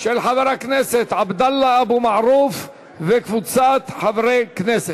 של חבר הכנסת עבדאללה אבו מערוף וקבוצת חברי הכנסת.